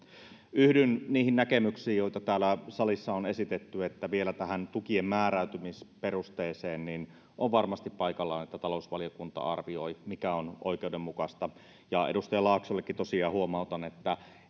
yhdyn niihin näkemyksiin joita täällä salissa on esitetty että vielä tähän tukien määräytymisperusteeseen liittyen on varmasti paikallaan että talousvaliokunta arvioi mikä on oikeudenmukaista edustaja laaksollekin tosiaan huomautan että